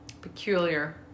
peculiar